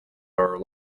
are